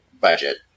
budget